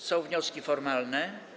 Są wnioski formalne.